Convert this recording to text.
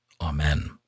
Amen